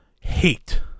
hate